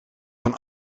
van